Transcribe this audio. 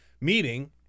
meeting